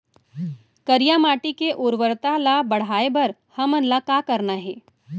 करिया माटी के उर्वरता ला बढ़ाए बर हमन ला का करना हे?